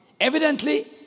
Evidently